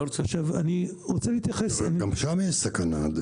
אבל גם שם יש סכנה.